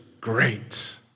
great